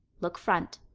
look front.